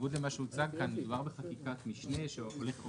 בניגוד למה שהוצג כאן מדובר בחקיקת משנה שעוברת